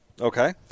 okay